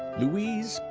louise,